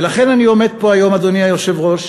ולכן אני עומד פה היום, אדוני היושב-ראש,